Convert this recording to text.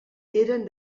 eren